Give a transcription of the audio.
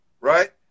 right